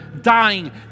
dying